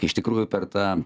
iš tikrųjų per tą